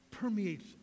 permeates